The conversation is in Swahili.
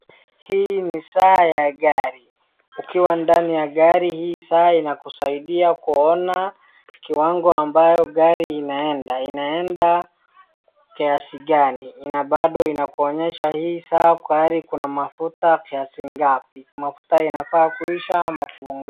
Hii ni saa ya gari, ukiwa ndani ya gari hii saa inakusaidia kuona kiwango ambayo gari inaenda, inaenda kiasi gani na bado inakuonyesha hii saa kwa gari kuna mafuta kiasi ngapi, mafuta inafaa kuisha ama kuongezwa?